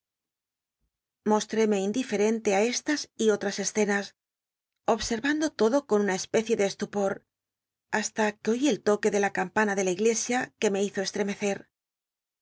mostréme indiferente ü estas y ollas esrenas obset ando lodo con una especie ele estupor hasta llic oí el lpque de la cam pana ele la iglesia que me hizo esli'cmecet